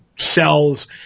cells